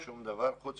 שום דבר, חוץ